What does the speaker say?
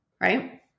right